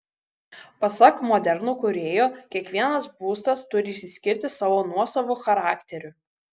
pasak moderno kūrėjų kiekvienas būstas turi išsiskirti savo nuosavu charakteriu